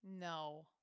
No